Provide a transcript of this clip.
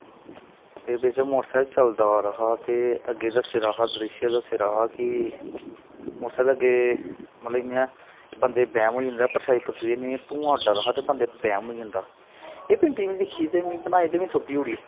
ते बिच motor cycle चलदा आ रदा हा ते अग्गें दस्से दा हा द्रिश्श दस्से दा हा कि मोटर सैकल अग्गें मतलब इ'यां बंदे ई बैह्म होई जंदा परछाई परछूई ऐ निं ही धुआं उड्डा दा हा ते बंदे गी बैह्म होई जंदा एह् पेंटिंग में दिक्खी बनाई ते में सुट्टी ओड़ी